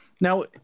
Now